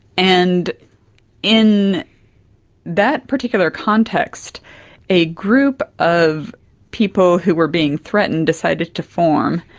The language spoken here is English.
and in that particular context a group of people who were being threatened decided to form,